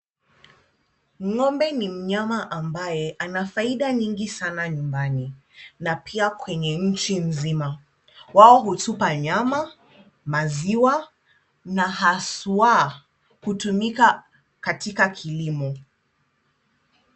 Ng'ombe ni mnyama ambaye ana faida nyingi sana nyumbani na pia kwenye nchi nzima. Wao hutupa nyama, maziwa na haswa hutumika katika kilimo.